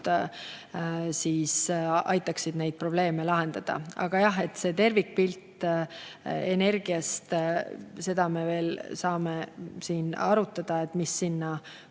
aitaksid neid probleeme lahendada. Aga jah, tervikpilti energiast me veel saame siin arutada, et mis sinna